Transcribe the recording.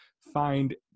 find